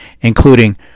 including